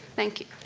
thank you.